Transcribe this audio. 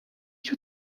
you